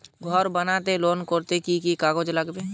ঘর বানাতে লোন করতে কি কি কাগজ লাগবে?